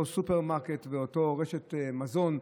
סופרמרקט או רשת מזון,